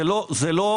זה לא המקום.